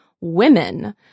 women